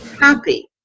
happy